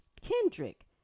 Kendrick